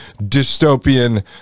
dystopian